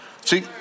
See